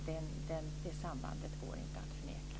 Det sambandet går inte att förneka.